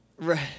Right